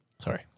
Sorry